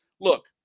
Look